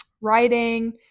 writing